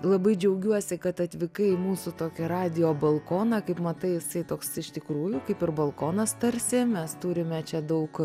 labai džiaugiuosi kad atvykai į mūsų tokį radijo balkoną kaip matai jisai toks iš tikrųjų kaip ir balkonas tarsi mes turime čia daug